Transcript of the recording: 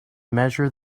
measure